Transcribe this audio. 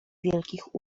wielkich